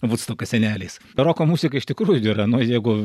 vudstoko seneliais roko muzika iš tikrųjų tai yra nu jeigu